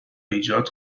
ایجاد